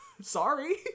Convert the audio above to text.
sorry